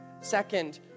Second